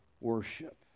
worship